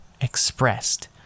expressed